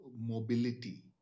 mobility